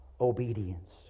obedience